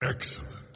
Excellent